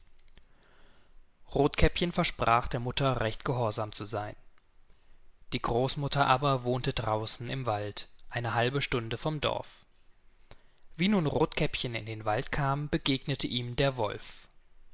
rothkäppchen versprach der mutter recht gehorsam zu seyn die großmutter aber wohnte draußen im wald eine halbe stunde vom dorf wie nun rothkäppchen in den wald kam begegnete ihm der wolf